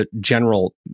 general